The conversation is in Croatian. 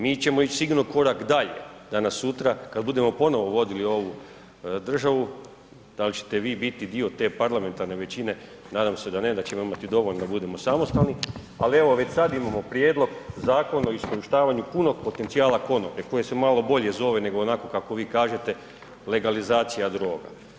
Mi ćemo ići sigurno korak dalje, danas sutra kad budemo ponovo vodili ovu državu, da li ćete vi biti dio te parlamentarne većine, nadam se da ne da ćemo imati dovoljno da budemo samostalni, ali evo već sad imamo prijedlog zakon o iskorištavanju punog potencijala konoplje, koji se malo bolje zove nego onako kako vi kažete, legalizacija droga.